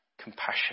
compassion